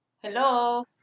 Hello